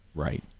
right.